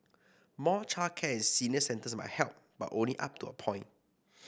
more childcare and senior centres might help but only up to a point